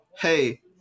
hey